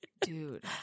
Dude